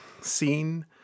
scene